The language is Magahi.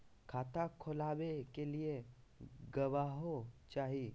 खाता खोलाबे के लिए गवाहों चाही?